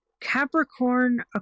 Capricorn